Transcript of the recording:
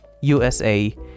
USA